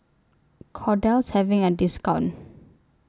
Kordel IS having A discount